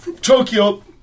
Tokyo